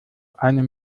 eine